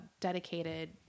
dedicated